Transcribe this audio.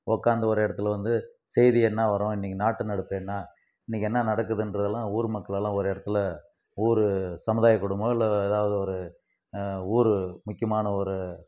உட்காந்து ஒரு இடத்தில் வந்து செய்தி என்ன வரும் நாட்டு நடப்பு என்ன இன்றைக்கு என்ன நடக்குன்றது எல்லாம் ஊர் மக்களெல்லாம் ஒரு இடத்தில் ஊர் சமுதாயக்கூடமோ இல்லை எதாவது ஒரு ஊர் முக்கியமான ஒரு